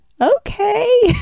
Okay